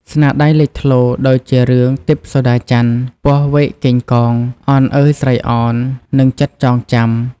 ស្នាដៃលេចធ្លោដូចជារឿង ទិព្វសូដាចន្ទ ពស់វែកកេងកង អនអើយស្រីអន និងចិត្តចងចាំ។